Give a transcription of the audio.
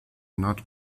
not